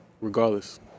regardless